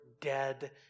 dead